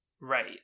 Right